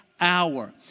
hour